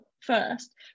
first